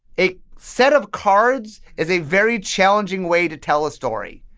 a set of cards is a very challenging way to tell a story.